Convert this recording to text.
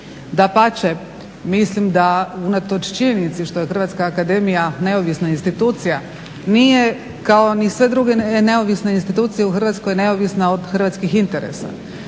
Dapače, mislim da unatoč činjenici što je hrvatska akademija neovisna institucija nije kao ni sve druge neovisne institucije u Hrvatskoj neovisna od hrvatskih interesa.